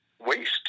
waste